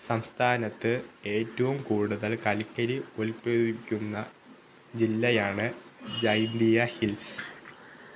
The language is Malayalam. സംസ്ഥാനത്ത് ഏറ്റവും കൂടുതൽ കൽക്കരി ഉൽപാദിപ്പിക്കുന്ന ജില്ലയാണ് ജൈന്തിയ ഹിൽസ്